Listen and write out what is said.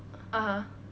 (uh huh)